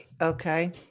Okay